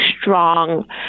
strong